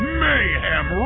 mayhem